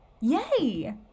Yay